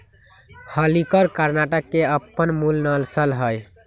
हल्लीकर कर्णाटक के अप्पन मूल नसल हइ